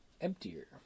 emptier